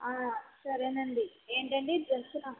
సరేనండి ఏంటండి డ్రస్సా